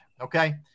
Okay